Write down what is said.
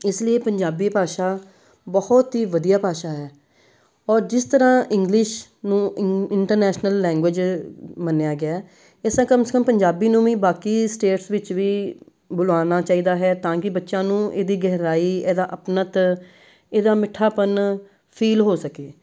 ਇਸ ਲਈ ਪੰਜਾਬੀ ਭਾਸ਼ਾ ਬਹੁਤ ਹੀ ਵਧੀਆ ਭਾਸ਼ਾ ਹੈ ਔਰ ਜਿਸ ਤਰ੍ਹਾਂ ਇੰਗਲਿਸ਼ ਨੂੰ ਇਨ ਇੰਟਰਨੈਸ਼ਨਲ ਲੈਂਗੁਏਜ ਮੰਨਿਆ ਗਿਆ ਇਸ ਤਰ੍ਹਾਂ ਕਮ ਸੇ ਕਮ ਪੰਜਾਬੀ ਨੂੰ ਵੀ ਬਾਕੀ ਸਟੇਟਸ ਵਿੱਚ ਵੀ ਬੁਲਾਉਣਾ ਚਾਹੀਦਾ ਹੈ ਤਾਂ ਕਿ ਬੱਚਿਆਂ ਨੂੰ ਇਹਦੀ ਗਹਿਰਾਈ ਇਹਦਾ ਅਪਣੱਤ ਇਹਦਾ ਮਿੱਠਾਪਨ ਫੀਲ ਹੋ ਸਕੇ